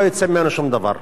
לא יצא ממנו שום דבר.